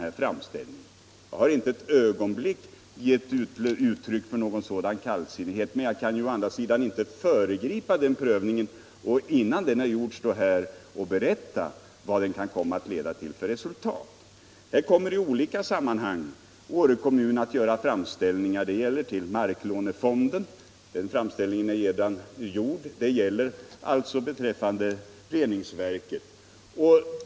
Jag har inte ett ögonblick gett uttryck för någon sådan kallsinnighet, men jag kan å andra sidan inte föregripa prövningen och innan den är gjord stå här och berätta vad den kan komma att leda till för resultat. I olika sammanhang kommer Åre kommun att göra framställningar, t.ex. beträffande reningsverket. En framställning till marklånefonden är redan gjord.